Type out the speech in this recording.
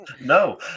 No